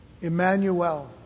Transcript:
Emmanuel